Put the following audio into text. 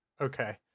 Okay